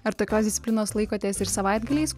ar tokios disciplinos laikotės ir savaitgaliais